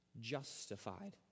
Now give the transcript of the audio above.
justified